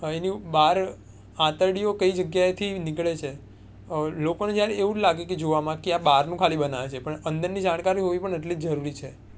એની બાર આંતળીઓ કઈ જગ્યાએથી નીકળે છે લોકોને જ્યારે એવું લાગે કે જોવામાં કે આ બહારનું ખાલી બનાવે છે પણ અંદરની જાણકારી હોવી પણ એટલી જ જરૂરી છે